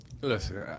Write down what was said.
Listen